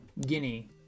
Guinea